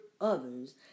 others